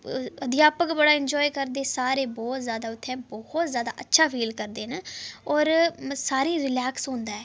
अध्यापक बड़ा इंजाय करदे सारे बहुत जैदा उत्थै बहुत जैदा अच्छा फील करदे न और सारें ई रिलैक्स होंदा ऐ